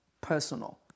personal